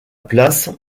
place